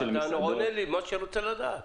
אתה עונה לי על מה שאני רוצה לדעת.